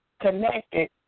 connected